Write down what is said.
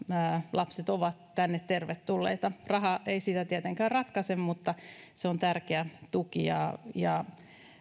lapset ovat tänne tervetulleita raha ei sitä tietenkään ratkaise mutta se on tärkeä tuki ja ja